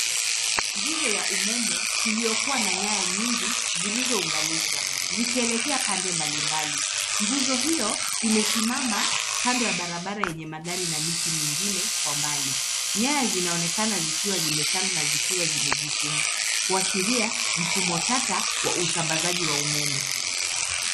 Nguzo ya umeme iliyokuwa na nyaya nyingi zilizounganishwa zikielekea pande mbalimbali. Nguzo hiyo imesimama kando ya barabara yenye magari na miti mingine kwa mbali. Nyaya zinaonekana zikiwa zimetanda na zikiwa zimejifunga kuashiria mfumo tata wa usambazaji wa umeme.